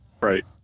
Right